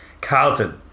Carlton